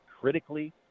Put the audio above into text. critically